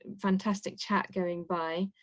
fantastic chat going by